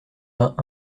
vingt